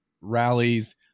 rallies